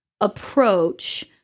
approach